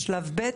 בשלב ב',